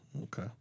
Okay